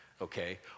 okay